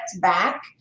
back